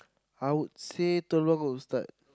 I would say Telok Ustad